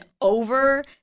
over